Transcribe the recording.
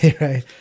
right